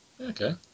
Okay